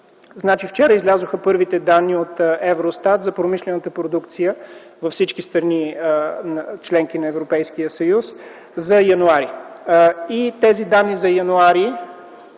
Вчера излязоха първите данни от Евростат за промишлената продукция във всички страни – членки на Европейския съюз, за м. януари